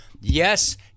Yes